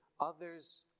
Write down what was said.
others